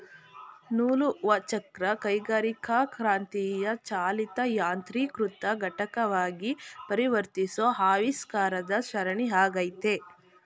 ನೂಲುವಚಕ್ರ ಕೈಗಾರಿಕಾಕ್ರಾಂತಿಯ ಚಾಲಿತ ಯಾಂತ್ರೀಕೃತ ಘಟಕವಾಗಿ ಪರಿವರ್ತಿಸೋ ಆವಿಷ್ಕಾರದ ಸರಣಿ ಆಗೈತೆ